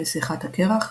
"נסיכת הקרח",